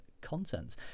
content